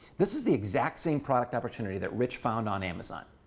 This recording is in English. this is the exact same product opportunity that rich found on amazon.